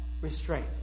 restraint